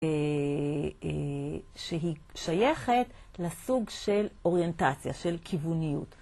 שהיא שייכת לסוג של אוריינטציה, של כיווניות.